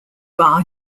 bar